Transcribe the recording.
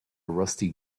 rusty